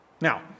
Now